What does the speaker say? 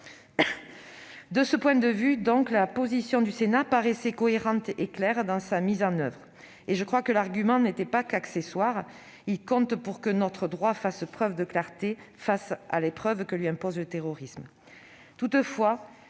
De ce point de vue, donc, la position du Sénat paraissait cohérente et claire dans sa mise en oeuvre. Je crois que l'argument n'était pas qu'accessoire : il compte pour que notre droit fasse preuve de clarté face à l'épreuve que lui impose le terrorisme.